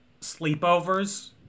sleepovers